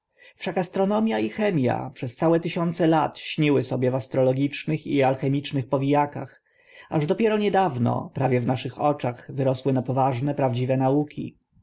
astronomia i chemia przez całe tysiące lat śniły sobie w astrologicznych i alchemicznych powijakach aż dopiero niedawno prawie w naszych oczach wyrosły na poważne prawdziwe nauki